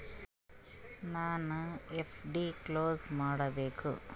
ನನ್ನ FD close ಮಾಡಬೇಕು